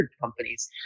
companies